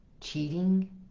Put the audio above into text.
cheating